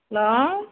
hello